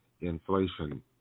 inflation